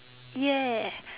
ya